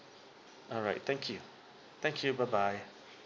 alright thank you thank you bye bye